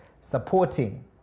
supporting